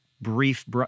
brief